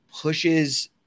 pushes